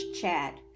chat